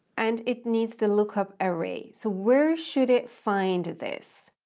and it needs to lookup array. so where should it find this?